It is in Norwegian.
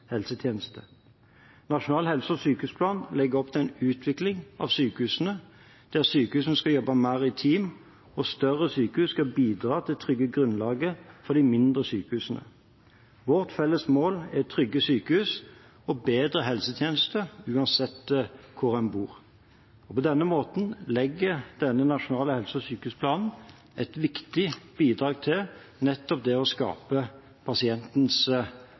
Nasjonal helse- og sykehusplan legger opp til en utvikling av sykehusene der sykehusene skal jobbe mer i team, og større sykehus skal bidra til å trygge grunnlaget for de mindre sykehusene. Vårt felles mål er trygge sykehus og bedre helsetjeneste uansett hvor man bor. På denne måten legger denne nasjonale helse- og sykehusplanen et viktig bidrag til nettopp det å skape pasientens